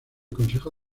consejo